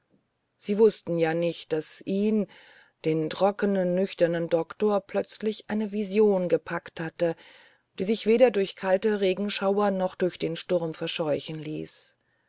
sie wußten ja nicht daß ihn den trockenen nüchternen doktor plötzlich eine vision gepackt hatte die sich weder durch kalte regenschauer noch durch den sturm verscheuchen ließ